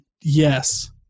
yes